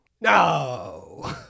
no